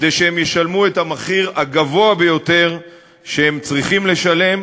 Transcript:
כדי שהם ישלמו את המחיר הגבוה ביותר שהם צריכים לשלם,